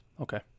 Okay